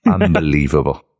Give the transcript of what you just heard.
Unbelievable